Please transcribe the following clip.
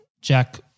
Jack